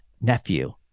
nephew